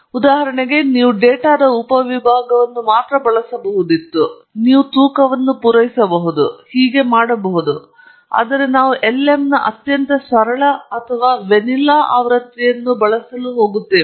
ಉದಾಹರಣೆಗೆ ನೀವು ಡೇಟಾದ ಉಪವಿಭಾಗವನ್ನು ಮಾತ್ರ ಬಳಸಬಹುದಿತ್ತು ನೀವು ತೂಕವನ್ನು ಪೂರೈಸಬಹುದು ಮತ್ತು ಹೀಗೆ ಮಾಡಬಹುದು ಆದರೆ ನಾವು lm ನ ಅತ್ಯಂತ ಸರಳ ಅಥವಾ ವೆನಿಲಾ ಆವೃತ್ತಿಯನ್ನು ಬಳಸಲು ಹೋಗುತ್ತೇವೆ